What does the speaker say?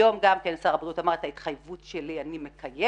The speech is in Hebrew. היום שר הבריאות אמר שאת ההתחייבות שלו הוא מקיים